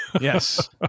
Yes